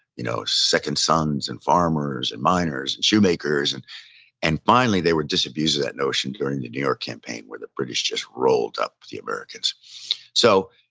you know, second sons and farmers and miners and shoemakers. and and finally they were disabused of that notion during the new york campaign, where the british just rolled up the americans so,